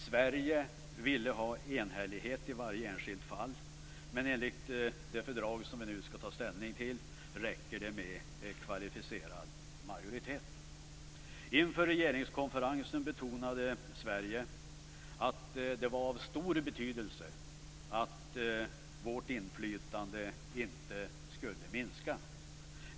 Sverige ville ha enhällighet i varje enskilt fall, men enligt det fördrag som vi nu skall ta ställning till räcker det med kvalificerad majoritet. Inför regeringskonferensen betonade Sverige att det var av stor betydelse att vårt inflytande inte skulle minska.